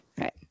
Right